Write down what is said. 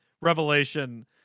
revelation